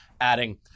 adding